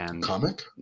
Comic